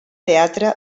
teatre